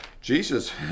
Jesus